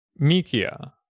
Mikia